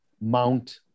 Mount